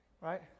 right